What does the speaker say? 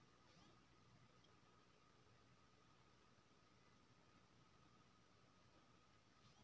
संसद सदस्य स्थानीय क्षेत्र बिकास योजना केँ सरकार बदलब साथे बिसरा देल जाइ छै